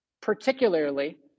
particularly